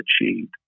achieved